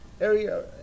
area